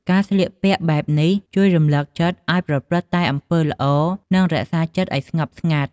ការស្លៀកពាក់បែបនេះជួយរំលឹកចិត្តឱ្យប្រព្រឹត្តតែអំពើល្អ និងរក្សាចិត្តឱ្យស្ងប់ស្ងាត់។